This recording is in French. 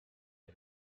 est